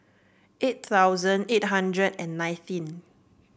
eight thousand eight hundred and nineteenth